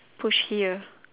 push here